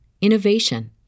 innovation